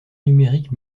numérique